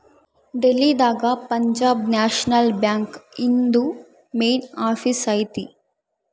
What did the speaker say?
ಡೆಲ್ಲಿ ದಾಗ Punjab national bank ಇಂದು main office ಐತಿ